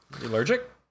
allergic